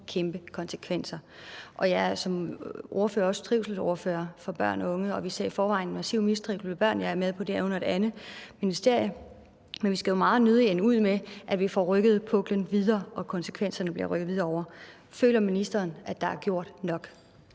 kæmpestore konsekvenser. Jeg er også trivselsordfører for børn og unge, og vi ser i forvejen en massiv mistrivsel hos børn, og jeg er med på, at det er under et andet ministerie, men vi skal jo meget nødigt ende ud med, at vi får rykket puklen og dermed konsekvenserne videre over. Føler ministeren, at der er gjort nok?